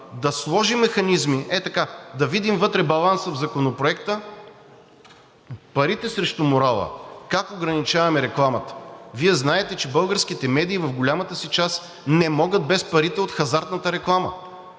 да сложи механизми – ето така, да видим вътре баланса в Законопроекта – парите срещу морала, как ограничаваме рекламата. Вие знаете, че българските медии в голямата си част не могат без парите от хазартната реклама.